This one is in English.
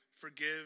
Forgive